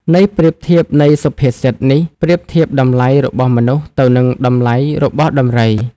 ន័យប្រៀបធៀបនៃសុភាសិតនេះប្រៀបធៀបតម្លៃរបស់មនុស្សទៅនឹងតម្លៃរបស់ដំរី។